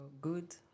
good